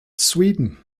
sweden